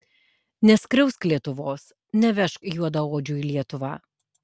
neskriausk lietuvos nevežk juodaodžių į lietuvą